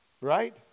Right